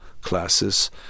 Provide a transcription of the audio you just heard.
classes